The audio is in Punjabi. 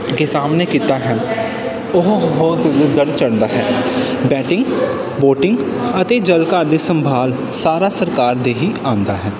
ਕਿ ਸਾਹਮਣੇ ਕੀਤਾ ਹੈ ਉਹ ਹੋਰ ਦੂਰ ਦਰ ਚੱਲਦਾ ਹੈ ਬੈਟਿੰਗ ਬੋਟਿੰਗ ਅਤੇ ਜਲ ਘਰ ਦੀ ਸੰਭਾਲ ਸਾਰਾ ਸਰਕਾਰ ਦੇ ਹੀ ਆਉਂਦਾ ਹੈ